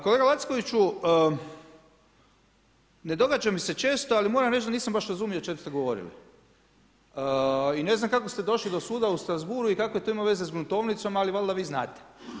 Kolega Lackoviću, ne događa mi se često, ali moram reći da nisam baš razumio o čem ste govorili i ne znam kako ste došli do suda u Strasbourgu i kakve to veze ima s gruntovnicom ali valjda vi znate.